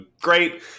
great